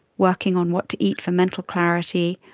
working on what to eat for mental clarity,